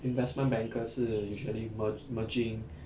investment banker 是 usually mer~ merging